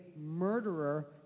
murderer